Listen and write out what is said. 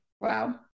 Wow